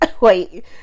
wait